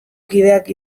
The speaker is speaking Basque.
kideak